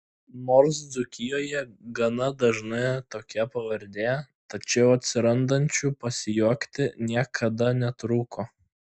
nors dzūkijoje gana dažna tokia pavardė tačiau atsirandančių pasijuokti niekada netrūko